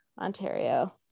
Ontario